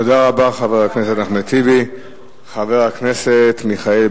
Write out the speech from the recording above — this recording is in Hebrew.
תודה רבה, חבר הכנסת אחמד